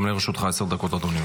גם לרשותך עשר דקות, אדוני.